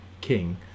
king